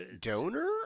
Donor